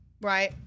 right